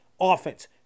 offense